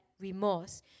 remorse